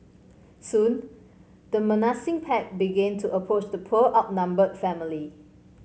soon the menacing pack began to approach the poor outnumbered family